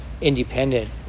independent